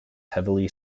heavily